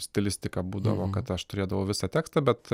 stilistika būdavo kad aš turėdavau visą tekstą bet